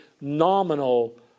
nominal